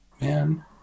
man